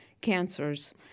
cancers